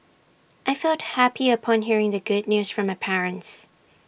I felt happy upon hearing the good news from my parents